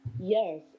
Yes